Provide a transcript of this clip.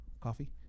coffee